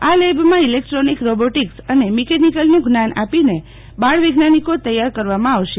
આ લેબમાં electronic robotics અને મિકેનિકલનું જ્ઞાન આપીને બાળ વૈજ્ઞાનિકો તૈયાર કરવામા આવશે